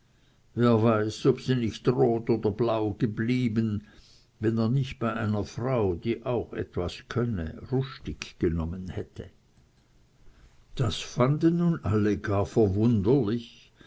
wer weiß ob sie nicht rot oder blau geblieben wenn er nicht bei einer frau die auch etwas könne rustig genommen hätte das fanden nun alle gar verwunderlich